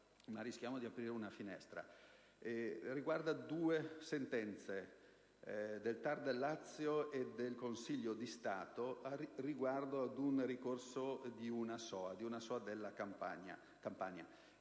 concerne due sentenze del TAR del Lazio e del Consiglio di Stato riguardo ad un ricorso fatto da una SOA della Campania